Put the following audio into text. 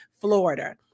Florida